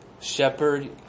shepherd